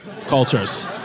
cultures